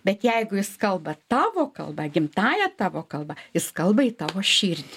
bet jeigu jis kalba tavo kalba gimtąja tavo kalba jis kalba į tavo širdį